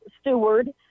steward